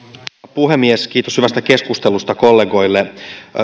puhemies kiitos hyvästä keskustelusta kollegoille